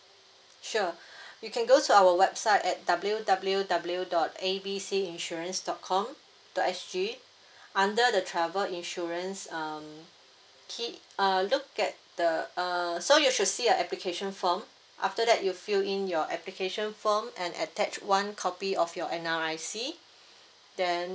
sure you can go to our website at W_W_W dot A B C insurance dot com dot S_G under the travel insurance um key err look at the err so you should see a application form after that you fill in your application form and attach one copy of your N_R_I_C then